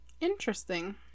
Interesting